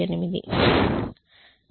58